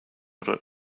handled